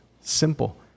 simple